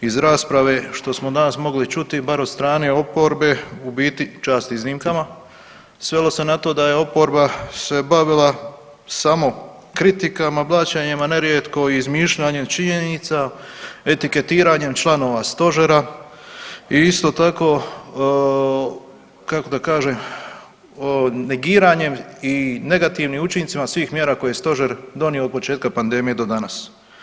Iz rasprave što smo danas mogli čuti bar od strane oporbe u biti, čast iznimkama svelo se na to da se oporba bavila samo kritikama, blaćenjima nerijetko i izmišljanjem činjenica, etiketiranjem članova Stožera i isto tako kako da kažem negiranjem i negativnim učincima svih mjera koje je Stožer donio od početka pandemije do danas.